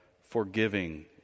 forgiving